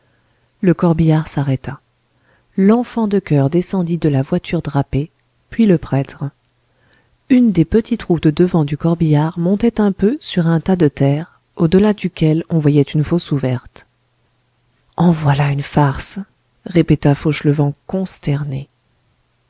le corbillard s'arrêta l'enfant de choeur descendit de la voiture drapée puis le prêtre une des petites roues de devant du corbillard montait un peu sur un tas de terre au delà duquel on voyait une fosse ouverte en voilà une farce répéta fauchelevent consterné